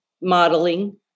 modeling